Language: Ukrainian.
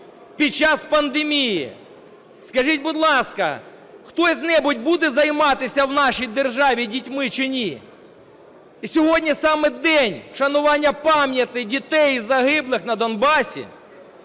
під час пандемії. Скажіть, будь ласка, хто-небудь буде займатися в нашій державі дітьми чи ні? Сьогодні саме День вшанування пам'яті дітей, загиблих на Донбасі.